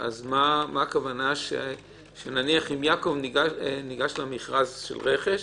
אם יעקב ייגש למכרז של רכש,